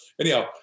Anyhow